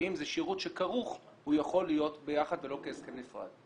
שאם זה שירות שכרוך הוא יכול להיות ביחד ולא כהסכם נפרד.